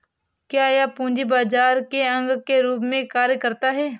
क्या यह पूंजी बाजार के अंग के रूप में कार्य करता है?